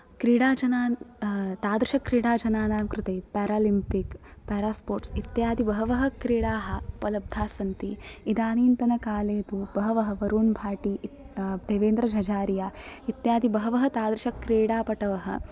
क्रीडाजनान् तादृशक्रीडाजनानां कृते पेरालिम्पिक् पेरा स्पोर्ट्स् इत्यादि बहवः क्रीडाः उपलब्धाः सन्ति इदानीन्तनकाले तु बहवः वरुण् भाटि देवेन्द्रजझारिया इत्यदि बहवः तादृशक्रीडापटवः